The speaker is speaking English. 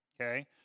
Okay